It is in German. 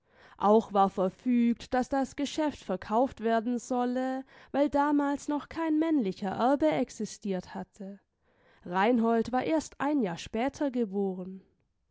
auch war verfügt daß das geschäft verkauft werden solle weil damals noch kein männlicher erbe existiert hatte reinhold war erst ein jahr später geboren